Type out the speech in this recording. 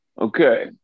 Okay